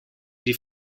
die